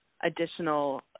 additional